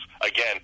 Again